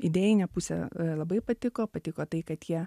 idėjinė pusė labai patiko patiko tai kad jie